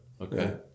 Okay